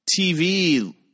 TV